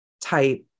type